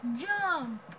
jump